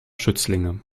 schützlinge